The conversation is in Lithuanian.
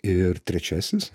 ir trečiasis